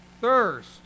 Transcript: thirst